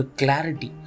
clarity